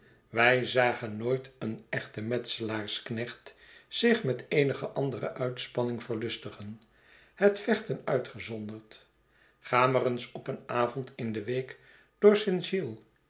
wij zagen nooit een echten metselaarsknecht zich met eenige andere uitspanning verlustigen het vechten uitgezonderd ga maar eens op een avond in de week